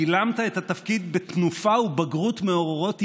גילמת את התפקיד "בתנופה ובגרות מעוררות יראה",